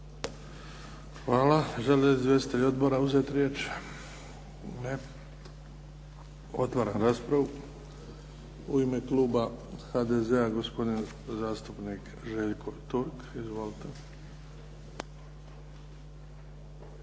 Hvala. Žele li izvjestitelji odbora uzeti riječ? Ne. Otvaram raspravu. U ime kluba HDZ-a gospodin zastupnik Željko Turk. Izvolite.